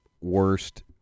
worst